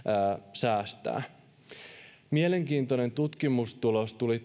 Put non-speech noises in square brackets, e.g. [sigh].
säästää mielenkiintoinen tutkimustulos tuli [unintelligible]